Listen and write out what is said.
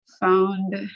found